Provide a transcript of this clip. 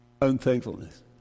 unthankfulness